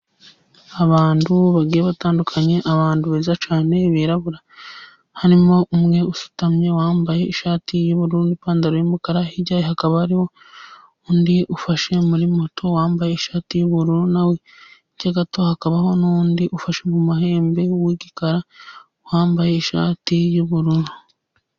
Abantu bagiye batandukanye, abantu beza cyane birabura, harimo umwe usutamye wambaye ishati y'ubururu n'ipantaro y'umukara, hirya ye hakaba hariho undi ufashe muri moto wambaye ishati y'ubururu nawe, hirya gato hakabaho n'undi ufashe mu mahembe w'igikara, wambaye ishati y'ubururu.